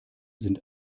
sind